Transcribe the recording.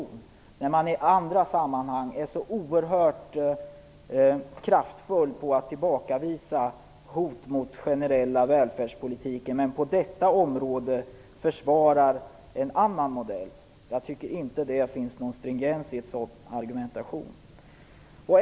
Man tillbakavisar i andra sammanhang så oerhört kraftfullt hot mot den generella välfärdspolitiken, men försvarar på detta område en annan modell. Jag tycker inte att det finns någon stringens i en sådan argumentation.